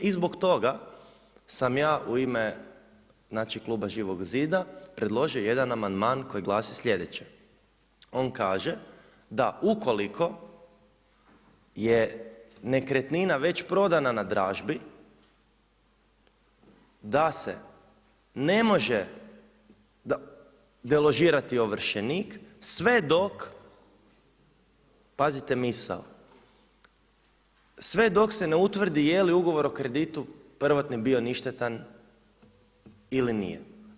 I zbog toga sam ja u ime kluba Živog zida predložio jedan amandman koji glasi sljedeće, on kaže da ukoliko je nekretnina već prodana na dražbi da se ne može deložirati ovršenik sve dok, pazite misao, sve dok se ne utvrdi jeli ugovor o kreditu prvotni bio ništetan ili nije.